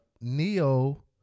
Neo